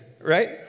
right